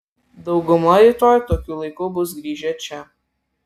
dauguma rytoj tokiu laiku bus grįžę čia